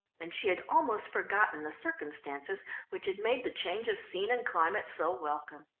and she had almost forgotten the circumstances which had made the change of scene and climate so welcome.